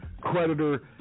creditor